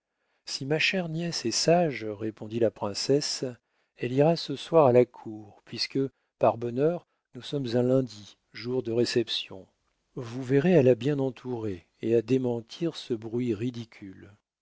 si ma chère nièce est sage répondit la princesse elle ira ce soir à la cour puisque par bonheur nous sommes un lundi jour de réception vous verrez à la bien entourer et à démentir ce bruit ridicule